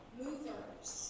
movers